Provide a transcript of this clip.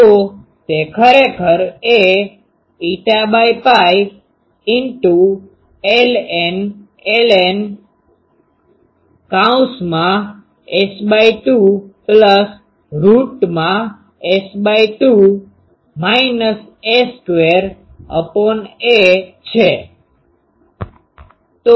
તો તે ખરેખર એ ln S2S22 a2aપાઈ ln S 2 વત્તા રુટ S2 આખાનો સ્ક્વેર માઈનસ a વર્ગ ભાગ્યા a છે